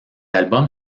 album